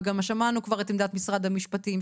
וגם שמענו גם את עמדת משרד המשפטים,